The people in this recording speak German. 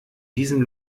diesem